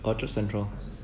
orchard central